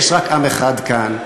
יש רק עם אחד כאן,